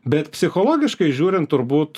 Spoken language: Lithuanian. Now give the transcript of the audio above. bet psichologiškai žiūrint turbūt